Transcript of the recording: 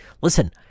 listen